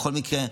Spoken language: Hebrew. בכל מקרה,